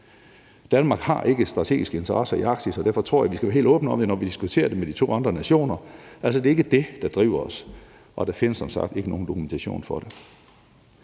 Danmark har ikke strategiske interesser i Arktis, og derfor tror jeg også, at vi skal være helt åbne om det, når vi diskuterer det med de to andre nationer, altså at det ikke er det, der driver os, og der findes som sagt ikke nogen dokumentation for det.